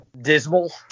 Dismal